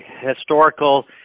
historical